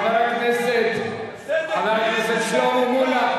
חבר הכנסת שלמה מולה.